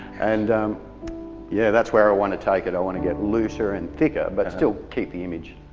and yeah that's where i want to take it, i want to get looser and thicker but still keep the image.